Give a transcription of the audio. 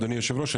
אדוני היושב ראש,